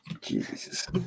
Jesus